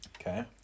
Okay